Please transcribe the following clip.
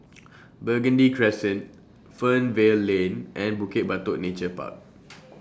Burgundy Crescent Fernvale Lane and Bukit Batok Nature Park